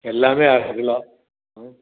எல்லாமே அரை கிலோ ம்